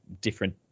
different